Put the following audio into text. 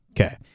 Okay